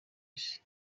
isi